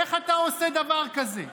"איך אתה עושה דבר כזה?